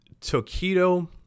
Tokido